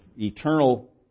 eternal